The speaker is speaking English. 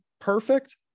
perfect